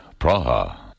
Praha